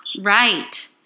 Right